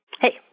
Hey